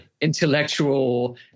intellectual